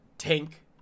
Tank